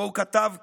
הוא כתב כך: